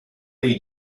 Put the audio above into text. dei